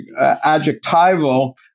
adjectival